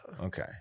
okay